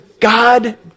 God